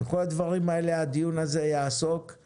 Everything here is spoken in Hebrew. בכל הדברים האלה נעסוק בדיון הזה.